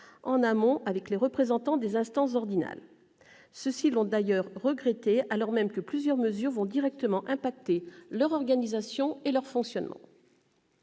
en amont avec les représentants des instances ordinales. Ceux-ci l'ont d'ailleurs regretté, alors même que plusieurs mesures auront des conséquences directes sur leur organisation et leur fonctionnement.